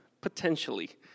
potentially